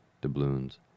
doubloons